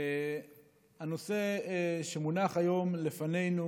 הנושא שמונח היום לפנינו